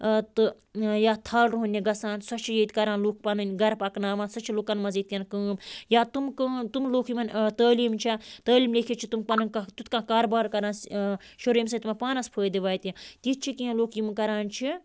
تہٕ یا تھَل روہنہِ گژھان سۄ چھِ ییٚتہِ کران لُکھ پَنٕنۍ گَرٕ پَکناوان سۄ چھِ لُکَن منٛز ییٚتۍکٮ۪ن کٲم یا تِم کٲم تِم لُکھ یِمَن تعلیٖم چھےٚ تعلیٖم لیٚکھِتھ چھِ تِم پَنُن کانٛہہ تیُتھ کانٛہہ کاربار کَران شُر ییٚمۍ سۭتۍ تٕمَن پانَس فٲیدٕ واتہِ تِتھ چھِ کیٚنٛہہ لُکھ یِم کَران چھِ